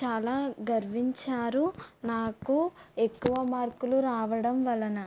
చాలా గర్వించారు నాకు ఎక్కువ మార్కులు రావడం వలన